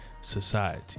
society